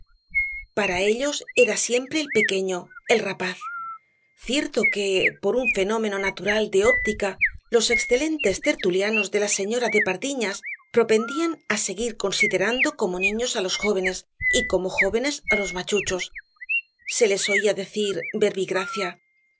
para ellos era siempre el pequeño el rapaz cierto que por un fenómeno natural de óptica los excelentes tertulianos de la señora de pardiñas propendían á seguir considerando como niños á los jóvenes y como jóvenes á los machuchos se les oía decir